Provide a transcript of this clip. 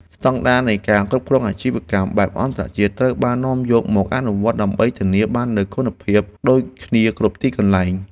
ស្តង់ដារនៃការគ្រប់គ្រងអាជីវកម្មបែបអន្តរជាតិត្រូវបាននាំយកមកអនុវត្ត ដើម្បីធានាបាននូវគុណភាពដូចគ្នាគ្រប់ទីកន្លែង។